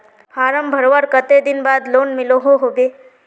Form भरवार कते दिन बाद लोन मिलोहो होबे?